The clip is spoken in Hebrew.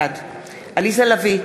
בעד עליזה לביא,